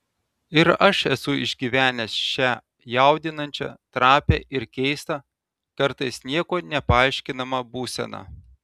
ir aš esu išgyvenęs šią jaudinančią trapią ir keistą kartais niekuo nepaaiškinamą būseną